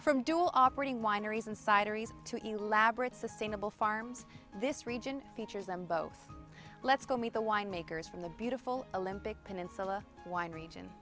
dual operating wineries and cider easy to elaborate sustainable farms this region features them both let's go meet the wine makers from the beautiful olympic peninsula wine region